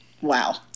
Wow